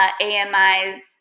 AMI's